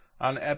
on